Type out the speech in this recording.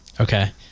Okay